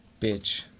bitch